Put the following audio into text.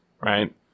right